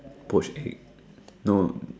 poached egg no